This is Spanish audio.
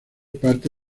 parte